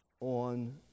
on